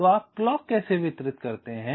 तो आप क्लॉक कैसे वितरित करते हैं